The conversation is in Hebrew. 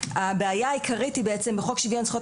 הבעיה העיקרית היא בעצם בחוק שוויון זכויות